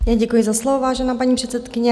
Děkuji za slovo, vážená paní předsedkyně.